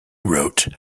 wrote